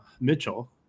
mitchell